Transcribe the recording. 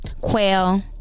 Quail